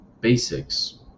basics